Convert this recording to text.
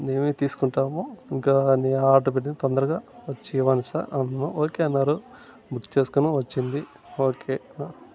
మేమే తీసుకుంటాము ఇంకా అన్నీ ఆర్డర్ పెట్టిన తొందరగా వచ్చి ఇవ్వండి సర్ ఓకే అన్నారు బుక్ చేసుకున్నాం వచ్చింది ఓకే